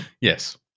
Yes